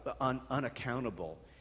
unaccountable